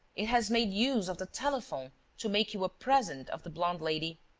it has made use of the telephone to make you a present of the blonde lady.